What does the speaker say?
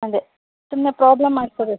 ಅದೆ ಸುಮ್ಮನೆ ಪ್ರಾಬ್ಲಮ್ ಮಾಡ್ಕೊಬೇಕು